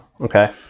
Okay